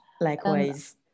Likewise